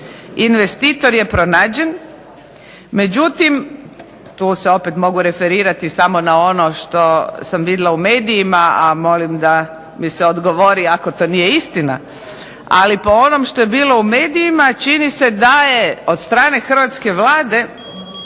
investitor je pronađen, međutim, tu se opet mogu referirati na ono što sam vidjela u medijima a molim da mi se odgovori ako to nije istina, ali po onome što je bilo u medijima čini se da je od strane Hrvatske vlade